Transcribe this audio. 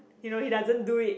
you know he doesn't do it